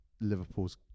Liverpool's